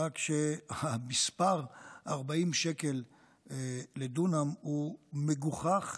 רק שהמספר 40 שקלים לדונם הוא מגוחך,